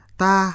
ta